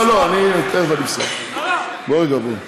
לא, לא, אני אתן לך, בוא רגע, בוא.